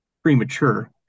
premature